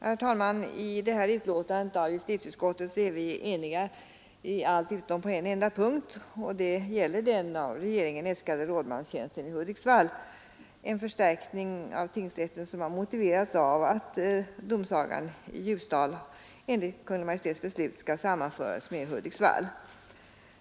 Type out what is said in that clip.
Herr talman! I detta betänkande är vi eniga i nästan allt. Den enda punkt som vi är oeniga om gäller den av regeringen äskade rådmanstjänsten i Hudiksvall, en förstärkning av tingsrätten som har motiverats av att tingsrätten i Ljusdal enligt Kungl. Maj:ts beslut skall sammanföras med Hudiksvalls tingsrätt.